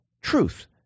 truth